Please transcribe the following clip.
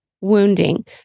wounding